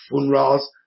funerals